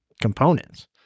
components